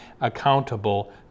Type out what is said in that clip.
accountable